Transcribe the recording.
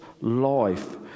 life